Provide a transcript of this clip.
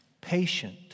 patient